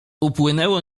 upłynęło